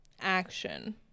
action